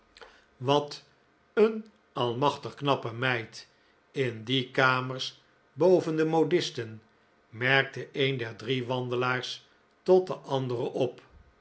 wat een allemachtig knappe meid in die kamers boven de modisten merkte een der drie wandelaars tot de anderen op